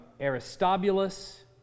Aristobulus